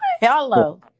Hello